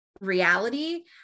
reality